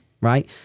Right